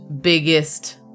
biggest